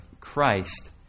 Christ